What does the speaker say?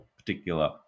particular